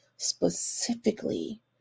Specifically